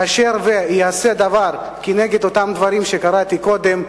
כאשר ייעשה דבר נגד אותם דברים שקראתי קודם,